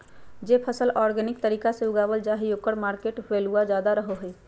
जे फसल ऑर्गेनिक तरीका से उगावल जा हइ ओकर मार्केट वैल्यूआ ज्यादा रहो हइ